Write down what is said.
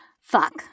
fuck